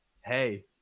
Hey